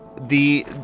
The-